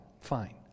Fine